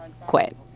quit